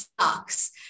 sucks